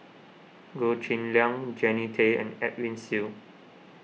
Goh Cheng Liang Jannie Tay and Edwin Siew